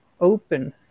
open